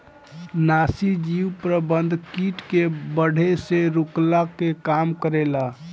नाशीजीव प्रबंधन किट के बढ़े से रोकला के काम करेला